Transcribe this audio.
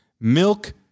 Milk